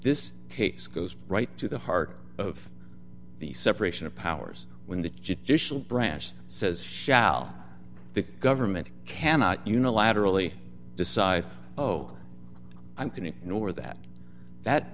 this case goes right to the heart of the separation of powers when the judicial branch says shall the government cannot unilaterally decide oh i'm going to ignore that that